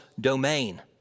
domain